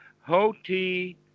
Hoti